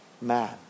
man